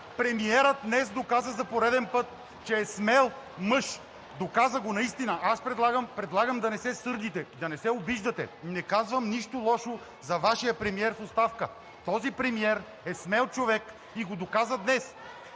Премиерът днес доказа за пореден път, че е смел мъж, доказа го наистина. Аз предлагам да не се сърдите, да не се обиждате, не казвам нищо лошо за Вашия премиер в оставка. Този премиер е смел човек и го доказа днес.